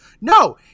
No